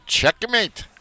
Checkmate